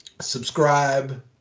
subscribe